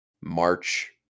March